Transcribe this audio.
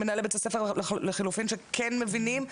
מנהלי בית הספר לחלופין שכן מבינים,